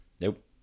nope